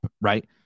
right